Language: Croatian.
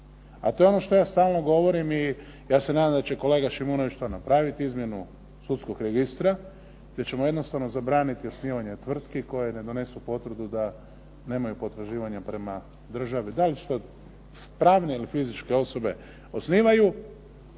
A to je ono što ja stalno govorim i ja se nadam da će kolega Šimunović to napraviti izmjenu sudskog registra gdje ćemo jednostavno zabraniti osnivanje tvrtki koje ne donesu potvrdu da nemaju potraživanja prema državi, da li se to pravne ili fizičke osobe osnivaju.